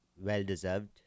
well-deserved